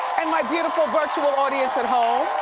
and my beautiful virtual audience at home.